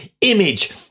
image